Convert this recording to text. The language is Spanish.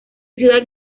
ciudad